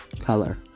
color